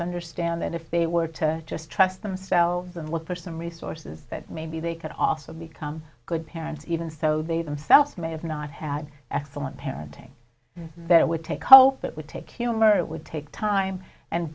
understand that if they were to just trust themselves and look for some resources that maybe they could also become good parents even so they themselves may have not had excellent parenting that would take hope it would take humor it would take time and